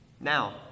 Now